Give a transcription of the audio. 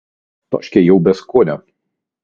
kramtoškė jau be skonio